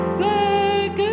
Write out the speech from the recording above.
black